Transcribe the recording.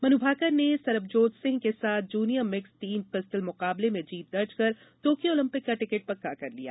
मनु भाकर ने सरबजोत सिंह के साथ जूनियर मिक्स्ड टीम पिस्टल मुकाबले में जीत दर्ज कर टोक्यो ओलंपिक का टिकट पक्का कर लिया